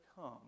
come